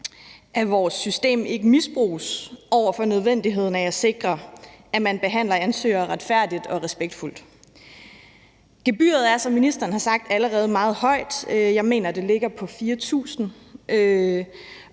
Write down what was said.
at vores system ikke misbruges over for nødvendigheden af at sikre, at man behandler ansøgere retfærdigt og respektfuld. Gebyret er, som ministeren har sagt, allerede meget højt. Jeg mener, det ligger på 4.000